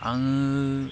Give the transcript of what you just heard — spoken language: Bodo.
आङो